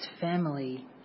family